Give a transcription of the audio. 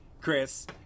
Chris